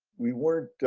we weren't